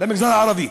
במגזר הערבי.